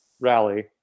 rally